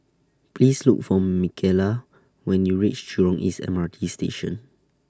Please Look For Micaela when YOU REACH Jurong East M R T Station